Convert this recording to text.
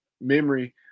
memory